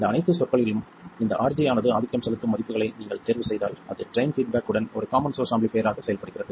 இந்த அனைத்து சொற்களிலும் இந்த RG ஆனது ஆதிக்கம் செலுத்தும் மதிப்புகளை நீங்கள் தேர்வுசெய்தால் அது ட்ரைன் பீட்பேக் உடன் ஒரு காமன் சோர்ஸ் ஆம்பிளிஃபைர் ஆக செயல்படுகிறது